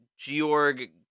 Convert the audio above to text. georg